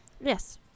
Yes